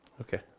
Okay